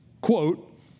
quote